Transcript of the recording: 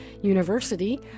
University